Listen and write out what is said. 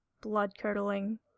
blood-curdling